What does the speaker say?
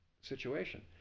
situation